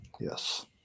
Yes